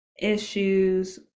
issues